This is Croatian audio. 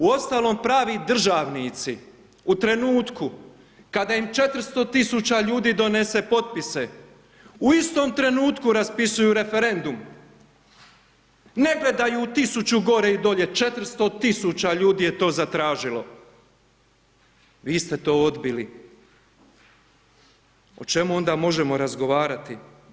Uostalom, pravi državnici u trenutku kada im 400 000 ljudi donese potpise, u istom trenutku raspisuju referendum, ne gledaju 1000 gore i dolje, 400 000 ljudi je to zatražilo, vi ste to odbili, o čemu onda možemo razgovarati?